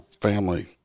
family